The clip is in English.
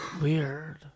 Weird